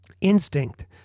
instinct